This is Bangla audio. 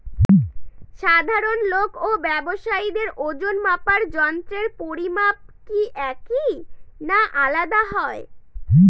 সাধারণ লোক ও ব্যাবসায়ীদের ওজনমাপার যন্ত্রের পরিমাপ কি একই না আলাদা হয়?